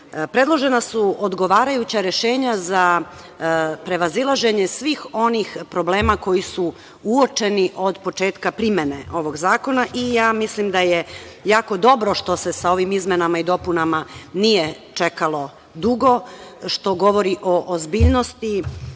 predložena su odgovarajuća rešenja za prevazilaženje svih onih problema koji su uočeni od početka primene ovog zakona. Mislim da je jako dobro što se sa ovim izmenama i dopunama nije čekalo dugo, što govori o ozbiljnosti